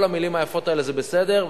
כל המלים היפות האלה זה בסדר,